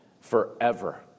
forever